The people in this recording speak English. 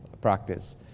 practice